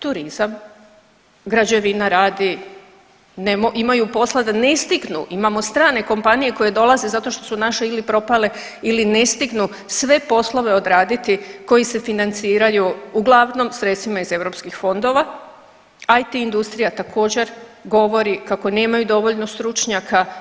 Turizam, građevina radi, imaju posla da ne stignu, imamo strane kompanije koje dolaze zato što su naše ili propale ili ne stignu sve poslove odraditi koji se financiraju uglavnom sredstvima iz eu fondova, IT industrija također govori kako nemaju dovoljno stručnjaka.